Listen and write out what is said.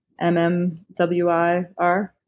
MMWIR